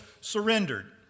surrendered